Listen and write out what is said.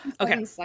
Okay